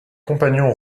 compagnons